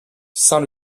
saint